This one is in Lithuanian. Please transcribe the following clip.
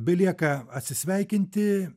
belieka atsisveikinti